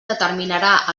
determinarà